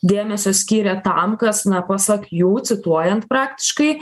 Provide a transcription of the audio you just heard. dėmesio skyrė tam kas na pasak jų cituojant praktiškai